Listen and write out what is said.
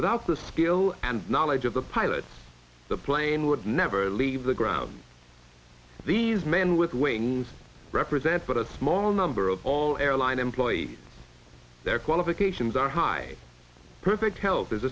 without the skill and knowledge of the pilots the plane would never leave the ground these men with wings represent but a small number of all airline and their qualifications are high perfect health is